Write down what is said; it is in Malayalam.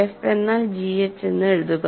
f എന്നാൽ gh എന്ന് എഴുതുക